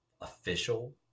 official